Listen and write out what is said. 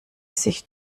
sich